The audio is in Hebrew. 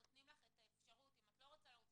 נותנים לך את האפשרות, אם את לא רוצה ללכת